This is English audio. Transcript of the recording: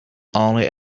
only